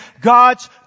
God's